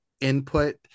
input